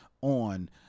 on